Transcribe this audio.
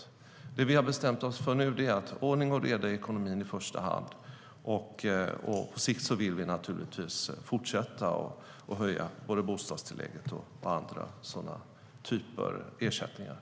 Nu har vi bestämt oss för att det ska vara ordning och reda i ekonomin i första hand. På sikt vill vi naturligtvis fortsätta att höja både bostadstillägget och andra sådana typer av ersättningar.